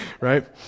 right